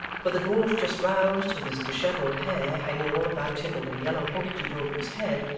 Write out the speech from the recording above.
for the dwarf just roused, with his dishevelled hair hanging all about him and a yellow handkerchief over his head,